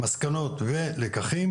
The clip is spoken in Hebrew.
מסקנות ולקחים,